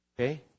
Okay